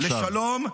-- לשלום,